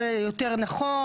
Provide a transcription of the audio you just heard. זה יותר נכון,